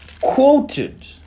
quoted